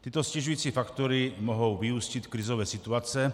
Tyto ztěžující faktory mohou vyústit v krizové situace.